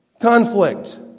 Conflict